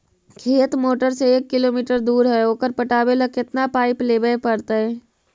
खेत मोटर से एक किलोमीटर दूर है ओकर पटाबे ल केतना पाइप लेबे पड़तै?